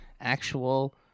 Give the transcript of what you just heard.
actual